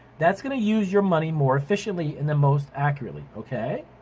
that's gonna use your money more efficiently and the most accurately. okay.